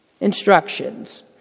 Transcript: instructions